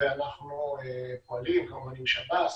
ואנחנו פועלים, כמובן עם שב"ס